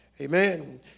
Amen